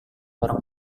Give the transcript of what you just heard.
orang